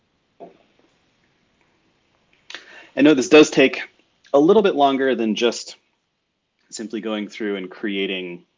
ah and know this does take a little bit longer than just simply going through and creating